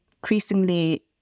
increasingly